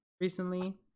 recently